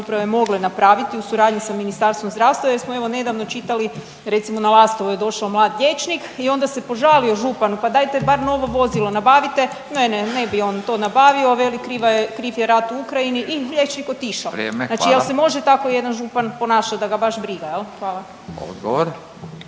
samouprave mogle napraviti u suradnji sa Ministarstvom zdravstva jer smo evo nedavno čitali recimo na Lastovo je došao mlad liječnik i onda se požalio županu pa dajte bar novo vozilo nabavite, ne, ne, ne bi on to nabavio veli kriva je, kriv je rat u Ukrajini i liječnik otišao. …/Upadica: Vrijeme, hvala./… Znači jel se može tako jedan župan ponašati da ga baš briga jel? Hvala.